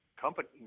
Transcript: company